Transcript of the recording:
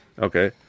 Okay